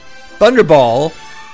Thunderball